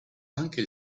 anche